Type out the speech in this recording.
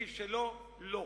מי שלא, לא.